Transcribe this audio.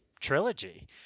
trilogy